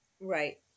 Right